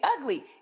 ugly